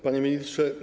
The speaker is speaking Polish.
Panie Ministrze!